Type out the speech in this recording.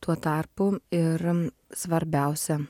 tuo tarpu ir svarbiausia